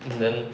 um